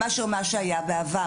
מאשר מה שהיה בעבר.